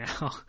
now